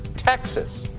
texas,